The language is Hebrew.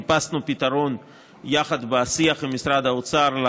חיפשנו יחד פתרון לחשש הזה בשיח במשרד האוצר.